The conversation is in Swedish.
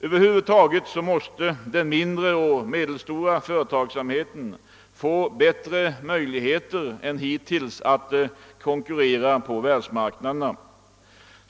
över huvud taget måste den mindre och medelstora företagsamheten få bättre möjligheter än hittills att konkurrera på världsmarknaden.